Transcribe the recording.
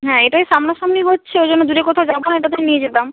হ্যাঁ এটাই সামনাসামনি হচ্ছে এই জন্য দূরে কোথাও যাবো না এটাতে নিয়ে যেতাম